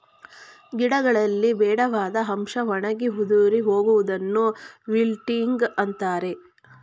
ಗಿಡಗಳಲ್ಲಿ ಬೇಡವಾದ ಅಂಶ ಒಣಗಿ ಉದುರಿ ಹೋಗುವುದನ್ನು ವಿಲ್ಟಿಂಗ್ ಅಂತರೆ